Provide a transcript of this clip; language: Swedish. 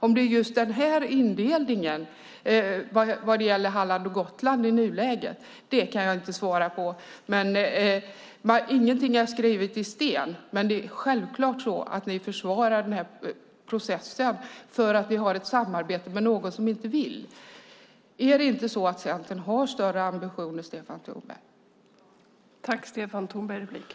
Om det är just den här indelningen vad gäller Halland och Gotland i nuläget kan jag inte svara på, men ingenting är hugget i sten. Det är ändå självklart så att ni försvarar den här processen för att vi har ett samarbete med någon som inte vill. Har inte Centern större ambitioner, Stefan Tornberg?